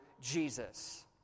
Jesus